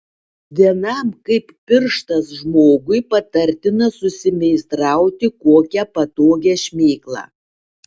vienam kaip pirštas žmogui patartina susimeistrauti kokią patogią šmėklą